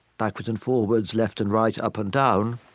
backwards and forwards, left and right, up and down.